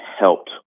helped